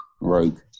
Rogue